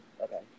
okay